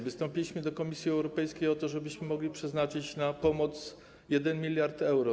Wystąpiliśmy do Komisji Europejskiej o to, żebyśmy mogli przeznaczyć na pomoc 1 mld euro.